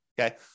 Okay